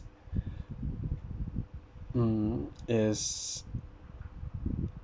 mm is